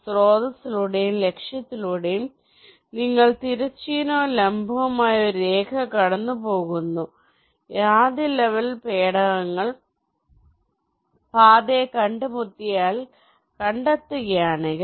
സ്രോതസ്സിലൂടെയും ലക്ഷ്യത്തിലൂടെയും നിങ്ങൾ തിരശ്ചീനവും ലംബവുമായ ഒരു രേഖ കടന്നുപോകുന്നു ആദ്യ ലെവൽ പേടകങ്ങൾ പാതയെ കണ്ടുമുട്ടിയാൽ കണ്ടെത്തുകയാണെങ്കിൽ